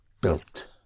built